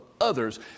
others